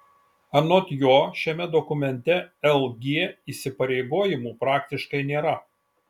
anot jo šiame dokumente lg įsipareigojimų praktiškai nėra